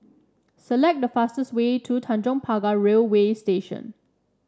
select the fastest way to Tanjong Pagar Railway Station